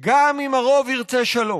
גם אם הרוב ירצה שלום.